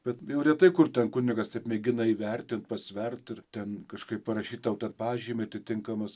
bet jau retai kur ten kunigas taip mėgina įvertint pasvert ir ten kažkaip parašyt tau ten pažymį atitinkamas